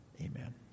amen